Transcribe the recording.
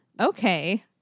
Okay